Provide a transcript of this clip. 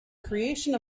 creation